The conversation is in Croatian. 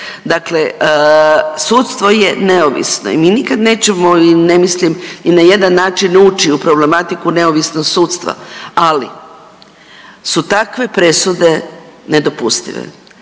Dakle, sudstvo je neovisno i mi nikad nećemo i ne mislim ni na jedan način ući u problematiku neovisnog sudstva, ali su takve presude nedopustive.